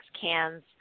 cans